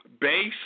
base